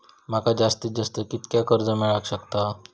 माका जास्तीत जास्त कितक्या कर्ज मेलाक शकता?